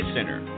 Center